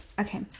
Okay